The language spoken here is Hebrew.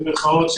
במירכאות,